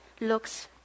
looks